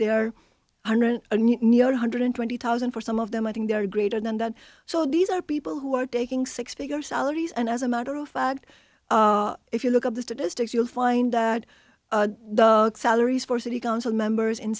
aren't near one hundred twenty thousand for some of them i think they are greater than that so these are people who are taking six figure salaries and as a matter of fact if you look at the statistics you'll find that the salaries for city council members in